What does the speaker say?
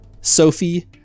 Sophie